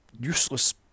useless